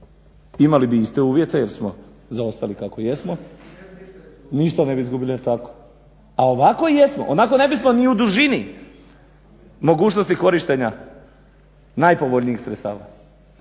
Imali bi iste uvjete jer smo zaostali kako jesmo, ništa ne bi izgubili jel' tako. A ovako jesmo, onako ne bismo ni u dužini mogućnosti korištenja najpovoljnijih sredstava.